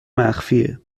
مخفیه